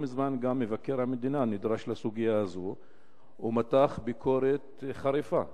לא מזמן גם מבקר המדינה נדרש לסוגיה הזאת ומתח ביקורת חריפה,